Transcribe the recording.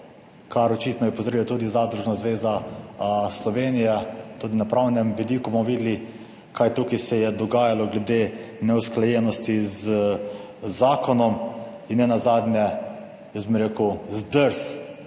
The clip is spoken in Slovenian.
kar očitno je opozorila tudi Zadružna zveza Slovenije, tudi na pravnem vidiku, bomo videli, kaj tukaj se je dogajalo glede neusklajenosti z zakonom in nenazadnje, jaz bom rekel, zdrs,